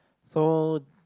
so